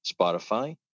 Spotify